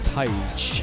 page